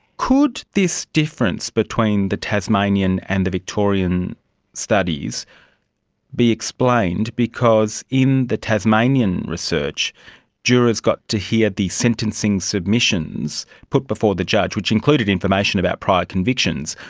could this difference between the tasmanian and the victorian studies be explained because in the tasmanian research jurors got to hear the sentencing submissions put before the judge, which included information about prior convictions,